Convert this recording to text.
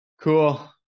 cool